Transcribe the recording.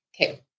Okay